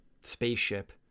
spaceship